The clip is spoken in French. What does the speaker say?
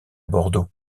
bordeaux